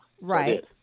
Right